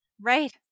Right